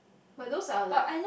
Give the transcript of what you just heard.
but those are like